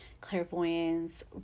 clairvoyance